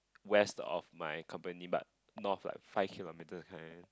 west of my company but north but five kilometres kind